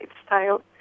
lifestyle